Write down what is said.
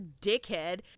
dickhead